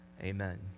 Amen